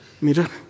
Mira